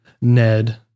Ned